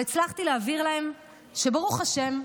אבל הצלחתי להבהיר להם שברוך השם,